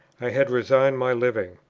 i had resigned my living.